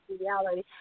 reality